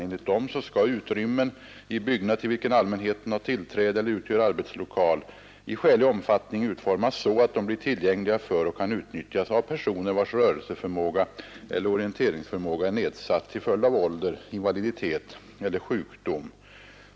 Enligt dessa skall utrymmen i byggnad, som allmänheten har tillträde till eller som utgör arbetslokal, i skälig omfattning utformas så att de blir tillgängliga för och kan utnyttjas av personer vilkas rörelseförmåga eller orienteringsförmåga är nedsatt till följd av ålder, invaliditet eller sjukdom.